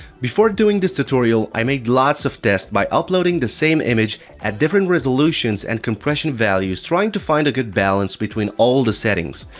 before doing this tutorial i made lots of tests, by uploading the same image at different resolutions and compression values trying to find a good balance between all the settings.